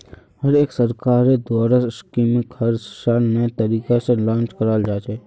हर एक सरकारेर द्वारा स्कीमक हर साल नये तरीका से लान्च कराल जा छे